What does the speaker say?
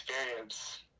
experience